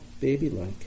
baby-like